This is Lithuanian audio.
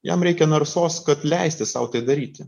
jam reikia narsos kad leisti sau tai daryti